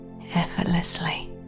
effortlessly